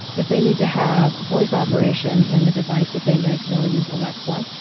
if they need to have voice operation in the device that they make they'll use alexa.